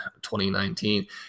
2019